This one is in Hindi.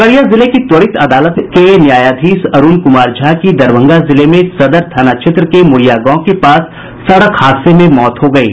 खगड़िया जिले की त्वरित अदालत के न्यायाधीश अरूण कुमार झा की दरभंगा जिले में सदर थाना क्षेत्र के मुड़िया गांव के पास सड़क हादसे में मौत हो गयी